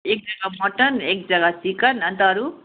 एक जग्गा मटन एक जग्गा चिकन अन्त अरू